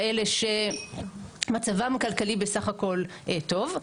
כאלה שמצבם הכלכלי בסך הכל טוב,